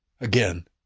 Again